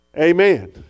Amen